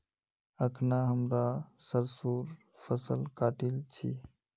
अखना हमरा सरसोंर फसल काटील छि